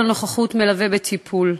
(הזכות לנוכחות מלווה בטיפול רפואי)